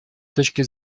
точки